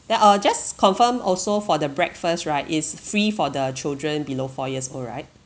then uh just confirm also for the breakfast right is free for the children below four years old right